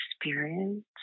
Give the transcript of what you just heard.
experience